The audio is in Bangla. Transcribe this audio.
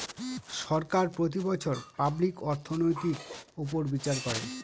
সরকার প্রতি বছর পাবলিক অর্থনৈতির উপর বিচার করে